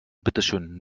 bitteschön